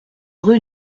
rue